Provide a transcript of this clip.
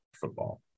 football